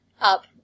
up